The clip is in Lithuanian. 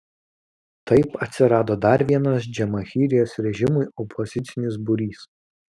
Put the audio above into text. taip atsirado dar vienas džamahirijos režimui opozicinis būrys